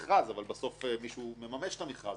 אבל בסוף מישהו מממש את המכרז הזה.